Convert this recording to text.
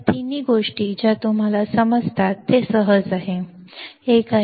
या तीनही गोष्टी ज्या तुम्हाला समजतात ते सहज समजतात